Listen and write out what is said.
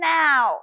now